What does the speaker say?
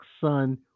son